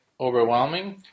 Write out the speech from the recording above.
overwhelming